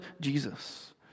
Jesus